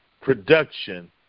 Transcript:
production